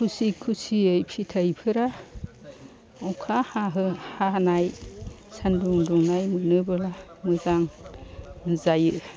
खुसि खुसियै फिथाइफोरा अखा हानाय सानदुं दुंनाय मोनोब्ला मोजां जायो